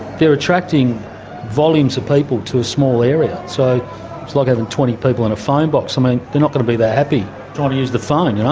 they're attracting volumes of people to a small area, so it's like having twenty people in a phone box i mean, they're not going to be that happy trying ah to use the phone, you know?